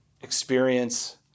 experience